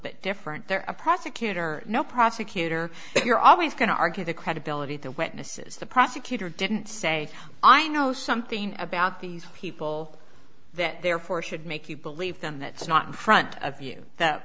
bit different there a prosecutor no prosecutor if you're always going to argue the credibility of the witnesses the prosecutor didn't say i know something about these people that therefore should make you believe them that's not in front of you the